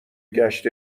گشت